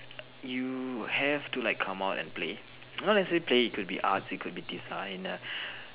you have to like come out and play not necessarily play it could be arts it could be design a